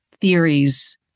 theories